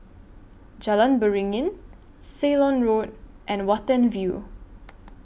Jalan Beringin Ceylon Road and Watten View